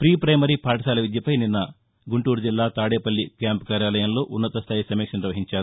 క్రీ పైమరీ పాఠశాల విద్యపై నిన్న గుంటూరు జిల్లా తాదేపల్లి క్యాంపు కార్యాలయంలో ఉన్నతస్తాయి సమీక్ష నిర్వహించారు